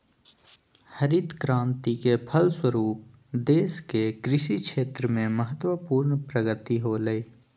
हरित क्रान्ति के फलस्वरूप देश के कृषि क्षेत्र में महत्वपूर्ण प्रगति होलय